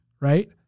right